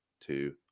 two